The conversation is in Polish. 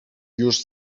już